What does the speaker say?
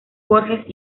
borges